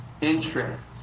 interests